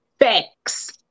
facts